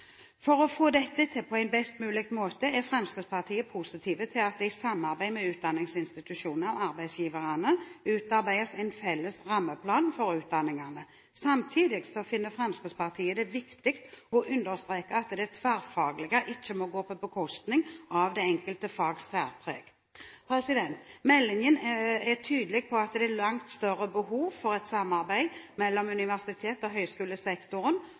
For å få dette til på en best mulig måte er Fremskrittspartiet positiv til at det i samarbeid med utdanningsinstitusjonene og arbeidsgiverne utarbeides en felles rammeplan for utdanningene. Samtidig finner Fremskrittspartiet det viktig å understreke at det tverrfaglige ikke må gå på bekostning av det enkelte fags særpreg. Meldingen er tydelig på at det er et langt større behov for et samarbeid mellom universitets- og høyskolesektoren